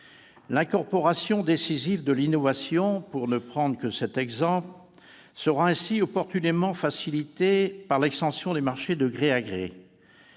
L'incorporation décisive de l'innovation, pour ne prendre que cet exemple, sera ainsi opportunément facilitée par l'extension des marchés de gré à gré.